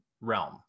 realm